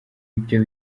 ibyo